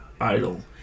idol